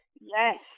Yes